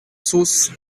saulce